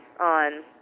on